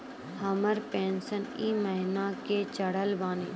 हमर पेंशन ई महीने के चढ़लऽ बानी?